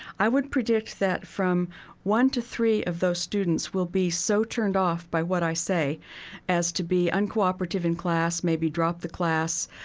i would predict that from one to three of those students will be so turned off by what i say as to be uncooperative in class, maybe drop the class,